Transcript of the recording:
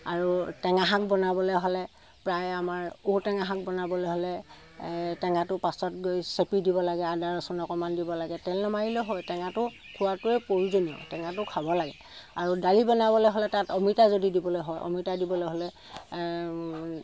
আৰু টেঙা শাক বনাবলৈ হ'লে প্ৰায়ে আমাৰ ঔ টেঙা শাক বনাবলৈ হ'লে টেঙাটো পাছত গৈ চেপি দিব লাগে আদা ৰচোন অকণমান দিব লাগে তেল নেমাৰিলেও হয় টেঙাটো খোৱাটোৱে প্ৰয়োজনীয় টেঙাটো খাব লাগে আৰু দাইল বনাবলৈ হ'লে তাত অমিতা যদি দিবলৈ হয় অমিতা দিবলৈ হ'লে